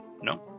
no